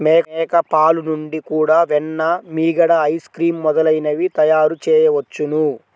మేక పాలు నుండి కూడా వెన్న, మీగడ, ఐస్ క్రీమ్ మొదలైనవి తయారుచేయవచ్చును